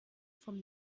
vom